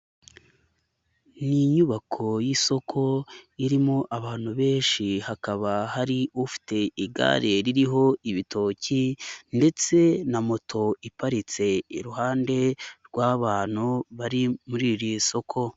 Ni inyubako y'isoko irimo abantu benshi hakaba hari ufite igare ririho ibitoki ndetse na moto iparitse iruhande rw'abantu bari muri iri soko.